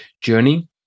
journey